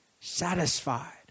satisfied